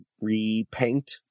repaint